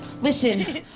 listen